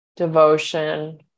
devotion